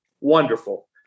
wonderful